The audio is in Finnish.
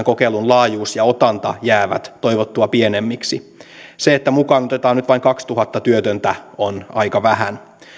kokeilun laajuus ja otanta jäävät toivottua pienemmiksi se että mukaan otetaan nyt vain kaksituhatta työtöntä on aika vähän